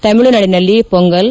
ತಮಿಳುನಾದಿನಲ್ಲಿ pongal